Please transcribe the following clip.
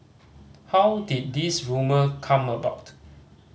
how did this rumour come about